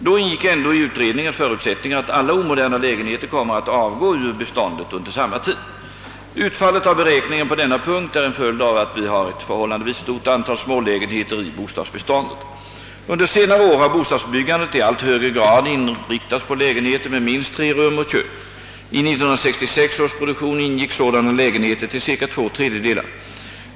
Då ingick ändå i utredningens förutsättningar att alla omoderna lägenheter kommer att avgå ur beståndet under samma tid. Utfallet av beräkningen på denna punkt är en följd av att vi har ett förhållandevis stort antal smålägenheter i bostadsbeståndet. Under senare år har bostadsbyggandet i allt högre grad inriktats på lägenheter med minst tre rum och kök. I 1966 års produktion ingick sådana lägenheter till cirka två tredjedelar.